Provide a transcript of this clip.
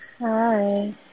Hi